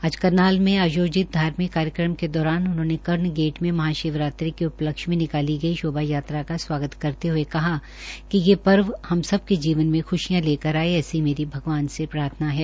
आज करनाल में आयोजित धार्मिक कार्यक्रम के दौरान उन्होंने कर्ण गेट में महाशिवरात्रि के उपलक्ष्य में निकाली गई शोभायात्रा का स्वागत करते हुए कहा कि ये पर्व हम सबके जीवन मे खुशियां लेकर आये ऐसी मेरी भगवान से प्रार्थना है